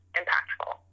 impactful